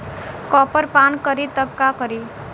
Copper पान करी तब का करी?